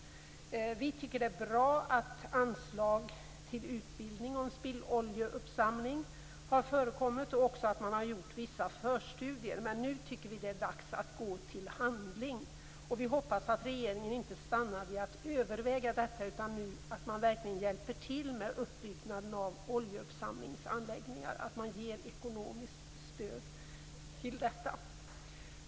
Vi tycker att det är bra att anslag till utbildning om spilloljeuppsamling har förekommit och att det har gjorts vissa förstudier. Men nu tycker vi att det är dags att gå till handling. Vi hoppas att regeringen inte stannar vid att överväga detta utan nu verkligen hjälper till med uppbyggnaden av oljeuppsamlingsanläggningar. Det behövs ekonomiskt stöd till detta.